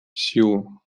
силу